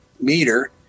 meter